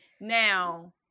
Now